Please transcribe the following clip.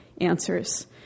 answers